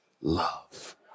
love